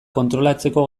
kontrolatzeko